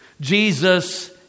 Jesus